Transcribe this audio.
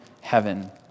heaven